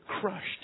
crushed